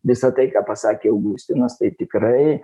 visa tai ką pasakė augustinas tai tikrai